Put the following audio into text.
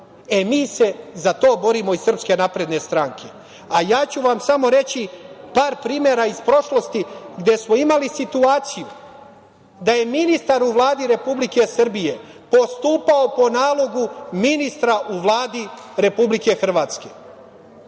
E, mi se za to borim iz SNS.Samo ću vam reći par primera iz prošlosti gde smo imali situaciju da je ministar u Vladi Republike Srbije postupao po nalogu ministra u Vladi Republike Hrvatske.